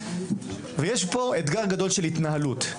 יש פה אתגר גדול של התנהלות.